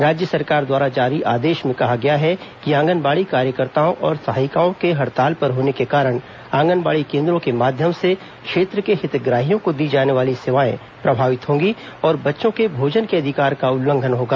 राज्य सरकार द्वारा जारी आदेश में कहा गया है कि आंगनबाड़ी कार्यकर्ताओं और सहायिकाओं के हड़ताल पर होने के कारण आंगनबाड़ी केंद्रों के माध्यम से क्षेत्र के हितग्राहियों को दी जाने वाली सेवाएं प्रभावित होंगी और बच्चों के भोजन के अधिकार का उल्लंघन होगा